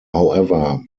however